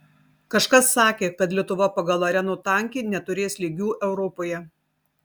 kažkas sakė kad lietuva pagal arenų tankį neturės lygių europoje